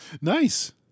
Nice